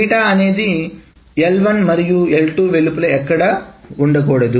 ఏది L1 మరియు L2వెలుపల ఎక్కడా ఉండకూడదు